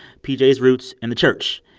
pj's roots in the church.